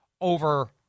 over